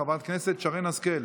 חברת הכנסת שרן השכל,